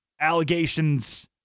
allegations